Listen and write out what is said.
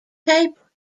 paper